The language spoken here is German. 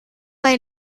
bei